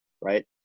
right